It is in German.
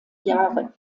jahre